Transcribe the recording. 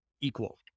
equal